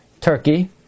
Turkey